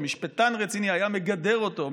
שמשפטן רציני היה מגדר אותו,